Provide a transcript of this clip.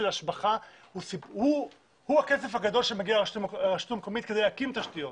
השבחה הוא הכסף הגדול שמגיע לרשות המקומית כדי להקים תשתיות.